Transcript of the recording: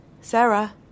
Sarah